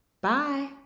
Bye